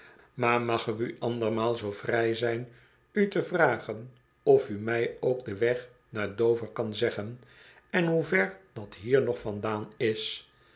maar mag ik andermaal zoo vrij zyn u te vragen of u mij ook den weg naar dover kan zeggen en hoe ver dat hier nog vandaan is